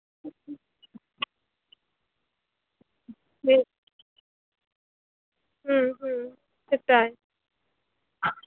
হুম হুম হুম সেটাই